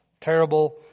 terrible